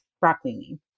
broccoli